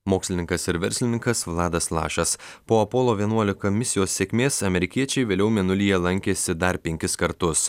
mokslininkas ir verslininkas vladas lašas po apolo vienuolika misijos sėkmės amerikiečiai vėliau mėnulyje lankėsi dar penkis kartus